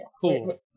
cool